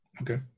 Okay